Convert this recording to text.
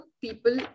people